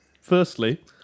Firstly